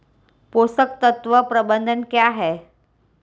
पोषक तत्व प्रबंधन क्या है?